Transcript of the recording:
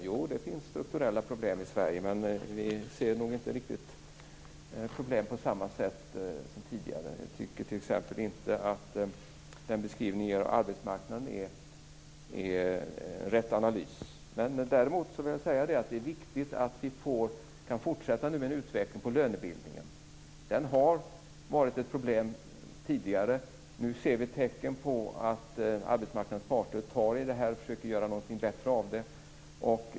Jo, det finns strukturella problem i Sverige, men vi ser nog inte problemen på riktigt samma sätt. Jag tycker t.ex. inte att den beskrivning och analys ni gör av arbetsmarknaden är riktig. Däremot är det viktigt att vi kan fortsätta utvecklingen av lönebildningen. Den har tidigare varit ett problem, men nu ser vi tecken på att arbetsmarknadens parter tar tag i detta och försöker göra det bättre.